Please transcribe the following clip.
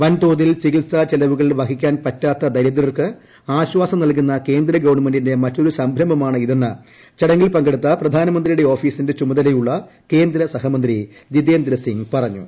വൻ തോതിൽ ചികിത്സാ ചെലവുകൾ വഹിക്കാൻ പറ്റാത്ത ദരിദ്രർക്ക് ആശ്വാസം നൽകുന്ന കേന്ദ്ര ഗവൺമെന്റിന്റെ മറ്റൊരു സംരംഭമാ ണിതെന്ന് ചടങ്ങിൽ പങ്കെടുത്ത പ്രധാനമന്ത്രിയുടെ ഓഫീസ്സിന്റെ ചുമതലയുള്ള കേന്ദ്ര സഹമന്ത്രി ജിതേന്ദ്ര സിംഗ് പറഞ്ഞു